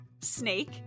snake